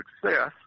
success